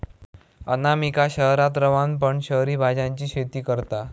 अनामिका शहरात रवान पण शहरी भाज्यांची शेती करता